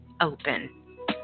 open